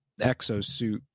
exosuit